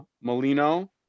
Molino